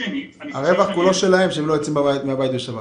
הרווח כולו שלהם שהם לא יוצאים מהבית בשבת,